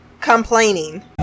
complaining